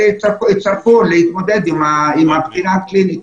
הם יצטרכו להתמודד עם הבחינה הקלינית.